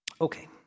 Okay